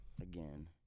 again